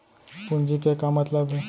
पूंजी के का मतलब हे?